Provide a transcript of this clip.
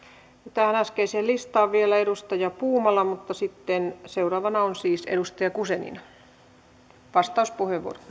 tuohon äskeiseen listaan vielä edustaja puumala mutta sitten seuraavana on siis edustaja guzenina vastauspuheenvuoro